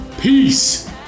Peace